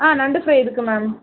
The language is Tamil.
ஆ நண்டு ஃப்ரை இருக்குது மேம்